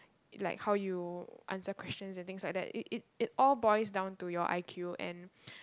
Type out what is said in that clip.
like how you answer questions and things like that it it it all boils down to your I_Q and